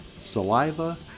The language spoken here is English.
Saliva